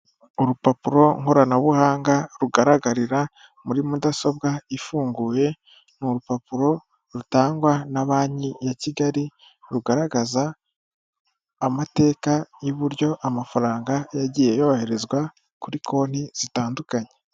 Urupapuro koranabuhanga rugaragarira muri mudasobwa ifunguye ni urupapuro rutangwa na banki ya kigali rugaragaza amateka y'uburyo amafaranga yagiye yoherezwa kuri konti zitandukanye.